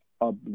Up